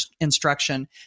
instruction